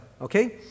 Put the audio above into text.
Okay